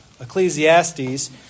Ecclesiastes